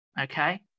Okay